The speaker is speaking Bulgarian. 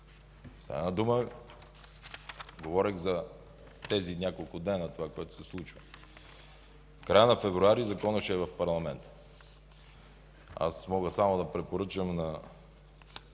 Стана дума, говорех за тези няколко дена за това, което се случи. В края на месец февруари законът ще е в парламента. Аз мога само да препоръчам на